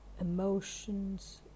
emotions